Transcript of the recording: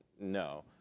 No